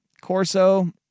Corso